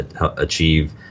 achieve